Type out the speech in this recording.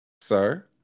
sir